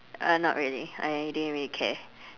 uh not really I didn't really care